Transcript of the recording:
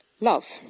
love